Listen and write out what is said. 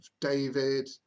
David